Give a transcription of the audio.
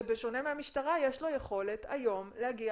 שבשונה מהמשטרה יש לו את היכולת היום להגיע